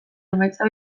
emaitza